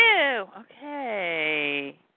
Okay